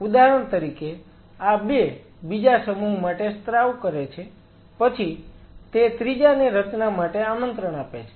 ઉદાહરણ તરીકે આ 2 બીજા સમૂહ માટે સ્ત્રાવ કરે છે પછી તે ત્રીજાને રચના માટે આમંત્રણ આપે છે